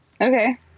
Okay